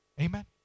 Amen